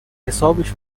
حسابش